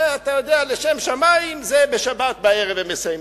לשם שמים, בשבת בערב הם מסיימים.